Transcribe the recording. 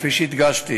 כפי שהדגשתי